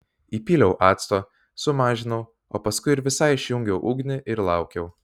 įpyliau acto sumažinau o paskui ir visai išjungiau ugnį ir laukiau